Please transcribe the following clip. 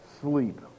sleep